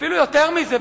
אפילו יותר מזה,